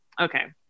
okay